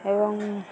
ଏବଂ